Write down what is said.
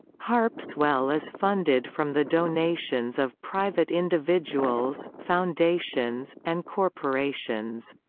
harpswell is funded from the donations of private individuals, foundations, and corporations.